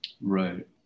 Right